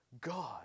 God